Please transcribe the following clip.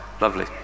lovely